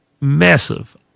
massive